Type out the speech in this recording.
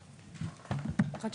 בבקשה.